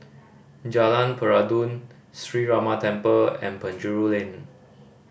Jalan Peradun Sree Ramar Temple and Penjuru Lane